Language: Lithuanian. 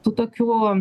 tų tokių